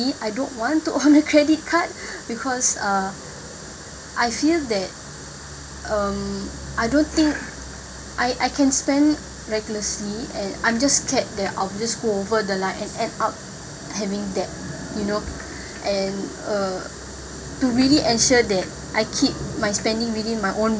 I don't want to own a credit card because uh I feel that um I don't think I I can spend recklessly and I'm just scared that I'll go over the line and end up having debt you know and err to really ensure that I keep my spending within my own